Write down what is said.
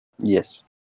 Yes